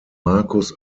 marcus